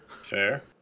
Fair